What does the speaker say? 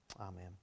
Amen